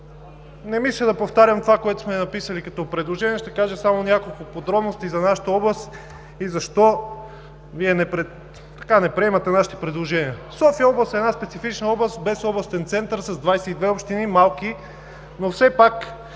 Не мисля да повтарям това, което сме написали като предложение, ще кажа само няколко подробности за нашата област и защо Вие не приемате нашите предложения. София-област е една специфична област, без областен център, с 22 общини – малки, но все пак